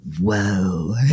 whoa